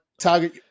target